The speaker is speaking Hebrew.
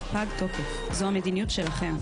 זאת לא התרבות שלנו זאת המדיניות שלכם.